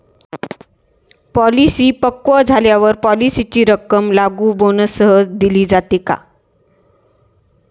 Policy पक्व झाल्यावर पॉलिसीची रक्कम लागू बोनससह दिली जाते का?